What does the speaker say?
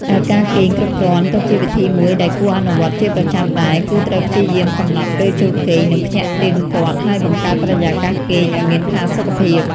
ឯការគេងគ្រប់គ្រាន់ក៏ជាវិធីមួយដែលគួរអនុវត្តជាប្រចាំដែរ គឺត្រូវព្យាយាមកំណត់ពេលចូលគេង និងភ្ញាក់ទៀងទាត់ ហើយបង្កើតបរិយាកាសគេងឱ្យមានផាសុកភាព។